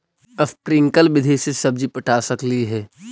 Sprinkle विधि से सब्जी पटा सकली हे?